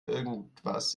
irgendwas